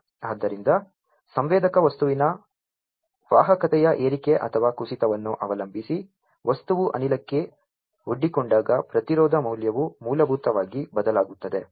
ಆದ್ದರಿಂದ ಸಂವೇದಕ ವಸ್ತುವಿನ ವಾಹಕತೆಯ ಏರಿಕೆ ಅಥವಾ ಕುಸಿತವನ್ನು ಅವಲಂಬಿಸಿ ವಸ್ತುವು ಅನಿಲಕ್ಕೆ ಒಡ್ಡಿಕೊಂಡಾಗ ಪ್ರತಿರೋಧ ಮೌಲ್ಯವು ಮೂಲಭೂತವಾಗಿ ಬದಲಾಗುತ್ತದೆ